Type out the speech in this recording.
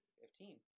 Fifteen